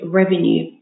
revenue